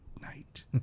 night